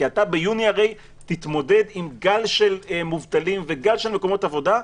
כי אתה ביוני הרי תתמודד עם גל של מובטלים וגל של מקומות עבודה.